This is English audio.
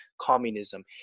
communism